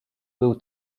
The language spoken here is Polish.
był